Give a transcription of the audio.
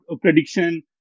prediction